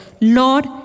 Lord